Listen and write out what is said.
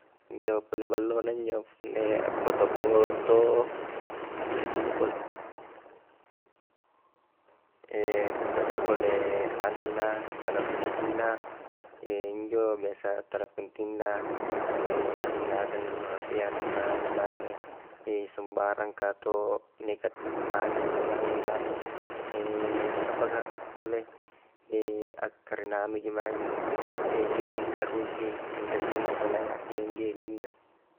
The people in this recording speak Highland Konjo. Injo pole ballona injo punna appoto-poto apanjo pole, rie toja pole anunna tala pentingna injo biasa tala pentingna nagunakangi injo hp a nu nganu mange, sembarang kah to, negatif mange injo mange na anu apakah pole, akkarena anuji mange gem ji terusi anre mo injo selain a gem-gem injo.